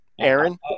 Aaron